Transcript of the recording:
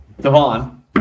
Devon